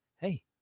hey